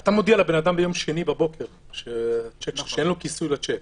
אתה מודיע לבן אדם ביום שני בבוקר שאין לו כיסוי לשיק.